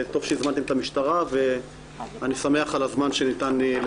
טוב שהזמנתם את המשטרה ואני שמח על הזמן לדבר.